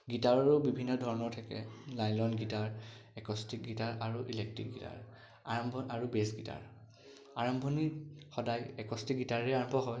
গীটাৰো বিভিন্ন ধৰণৰ থাকে নাইলন গীটাৰ একষ্টিক গীটাৰ আৰু ইলেক্ট্ৰিক গীটাৰ আৰম্ভ আৰু বে'ছ গীটাৰ আৰম্ভণিত সদায় একষ্টিক গীটাৰেৰেই আৰম্ভ হয়